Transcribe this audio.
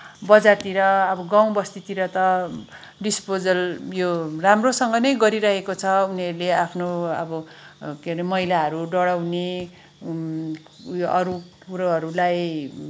बजारतिर अब गाउँ बस्तीतिर त डिसपोजल यो राम्रोसँगले नै गरिरहेको छ उनीहरूले आफ्नो अब के भने मैलाहरू डढाउने उयो अरू कुरोहरूलाई